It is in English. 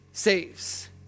saves